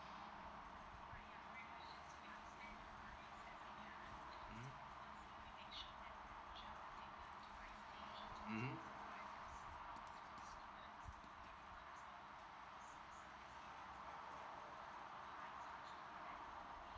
mmhmm mmhmm